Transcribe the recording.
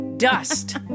dust